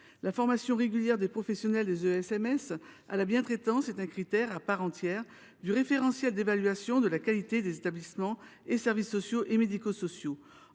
La formation régulière des professionnels des ESMS à la bientraitance est un critère à part entière du référentiel d’évaluation de la qualité des établissements et services sociaux et médico sociaux.